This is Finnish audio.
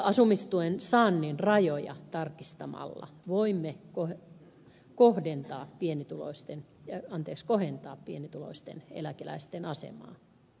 asumistuen saannin rajoja tarkistamalla voimme kohentaa pienituloisten eläkeläisten asemaa